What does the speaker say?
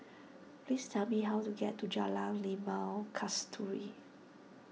please tell me how to get to Jalan Limau Kasturi